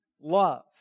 Love